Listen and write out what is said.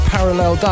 Parallel